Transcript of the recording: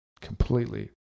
completely